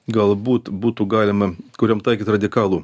galbūt būtų galima kuriam taikyti radikalų